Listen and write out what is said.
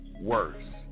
worse